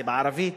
זה בערבית,